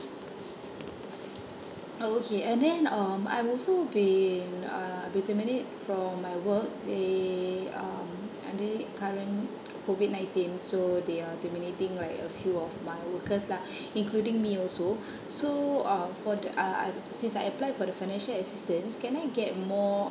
oh okay and then um I've also been uh I've been terminate from my work they um under this current COVID nineteen so they are terminating like a few of my workers lah including me also so uh for the uh uh since I apply for the financial assistance can I get more